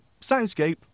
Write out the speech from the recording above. soundscape